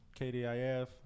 KDIF